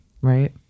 Right